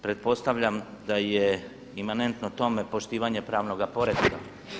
Pretpostavljam da je imanentno tome poštivanje pravnoga poretka.